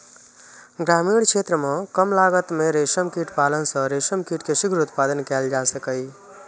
ग्रामीण क्षेत्र मे कम लागत मे रेशम कीट पालन सं रेशम कीट के शीघ्र उत्पादन कैल जा सकैए